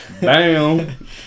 Bam